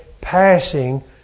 passing